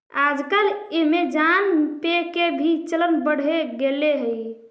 आजकल ऐमज़ान पे के भी चलन बढ़ गेले हइ